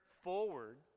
forward